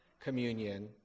communion